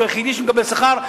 שהוא היחיד שמקבל שכר,